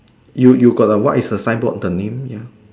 you you got the what is the signboard the name ya